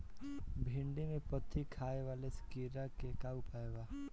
भिन्डी में पत्ति खाये वाले किड़ा के का उपाय बा?